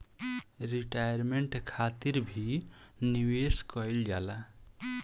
retirement खातिर भी निवेश कईल जाला